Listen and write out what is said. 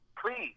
please